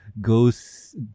goes